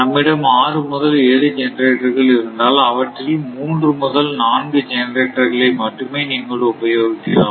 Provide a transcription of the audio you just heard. நம்மிடம் ஆறு முதல் ஏழு ஜெனரேட்டர்கள் இருந்தால் அவற்றில் மூன்று முதல் நான்கு ஜெனரேட்டர்களை மட்டுமே நீங்கள் உபயோகிக்கலாம்